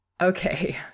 Okay